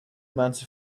amount